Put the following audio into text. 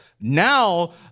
Now